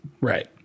Right